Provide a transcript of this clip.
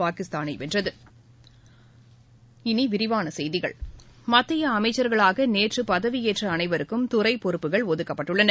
பாகிஸ்தானை வென்றது இனி விரிவான செய்திகள் மத்திய அமைச்சர்களாக நேற்று பதவியேற்ற அனைவருக்கும் துறை பொறுப்புகள் ஒதுக்கப்பட்டுள்ளன